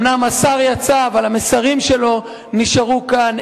אומנם השר יצא, אבל המסרים שלו נשארו כאן.